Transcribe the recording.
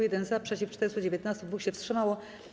1 - za, przeciw - 419, 2 się wstrzymało.